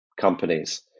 companies